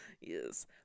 yes